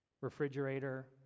Refrigerator